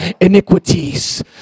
iniquities